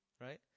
Right